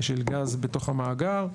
של גז בתוך המאגר.